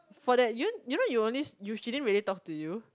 for that you you know you only she didn't really talk to you